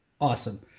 Awesome